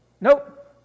nope